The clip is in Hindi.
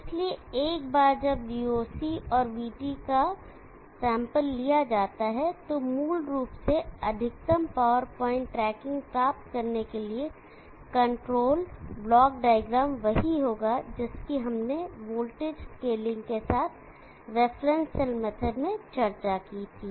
इसलिए एक बार जब voc और vT का सैंपल लिया जाता है तो मूल रूप से अधिकतम पावर पॉइंट ट्रैकिंग प्राप्त करने के लिए कंट्रोल ब्लॉक डायग्राम वही होगा जिसकी हमने वोल्टेज स्केलिंग के साथ रेफरेंस सेल मेथड में चर्चा की थी